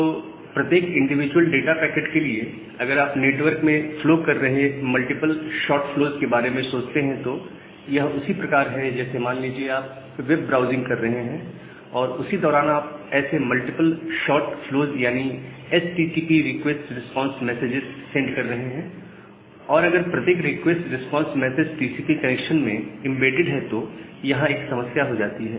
तो प्रत्येक individual data packet के लिए अगर आप नेटवर्क में फ्लो कर रहे मल्टीपल शॉर्ट फ्लोज के बारे में सोचते हैं तो यह उसी प्रकार है जैसे मान लीजिए आप वेब ब्राउजिंग कर रहे हैं और उसी दौरान आप ऐसे ही मल्टीपल शॉर्ट फ्लोज यानी HTTP request response messages send कर रहे हैं और अगर प्रत्येक request response message TCP connection में एंबेडेड है तो यहां यह एक समस्या हो जाती है